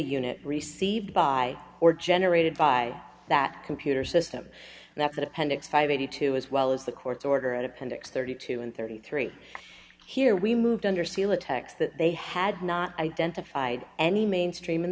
unit received by or generated by that computer system and that that appendix five hundred and eighty two as well as the court's order at appendix thirty two and thirty three here we moved under seal a text that they had not identified any mainstream in